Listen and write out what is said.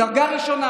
מדרגה ראשונה,